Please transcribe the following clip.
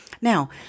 Now